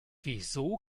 wieso